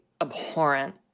abhorrent